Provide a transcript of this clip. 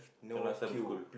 the last time school